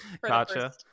Gotcha